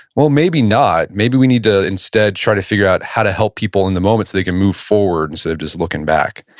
well, maybe not. maybe we need to instead try to figure out how to help people in the moment so they can move forward instead of just looking back.